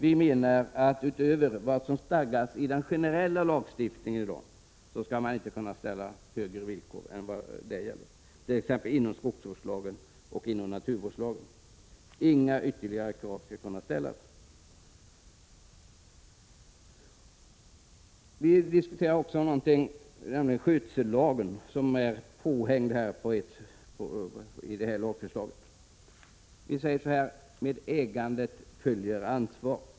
Vi menar att man inte skall ställa ytterligare krav utöver vad som i dag stadgas i den nuvarande generella lagstiftningen, dvs. skogsvårdslagen och naturvårdslagen. Inga ytterligare krav skall kunna ställas. Vad beträffar skötsellagen, som är påhängd i det här lagförslaget, säger vi att med ägandet följer ett ansvar.